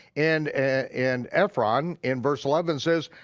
and and ephron in verse eleven says,